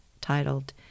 titled